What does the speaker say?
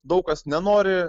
daug kas nenori